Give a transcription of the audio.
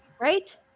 right